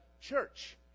church